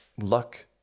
luck